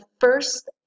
first